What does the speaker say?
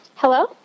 Hello